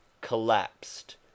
collapsed